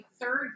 third